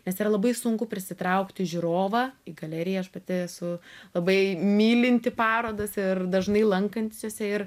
nes yra labai sunku prisitraukti žiūrovą į galeriją aš pati esu labai mylinti parodas ir dažnai lankantis jose ir